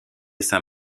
saint